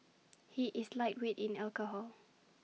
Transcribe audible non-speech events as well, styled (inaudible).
(noise) he is lightweight in alcohol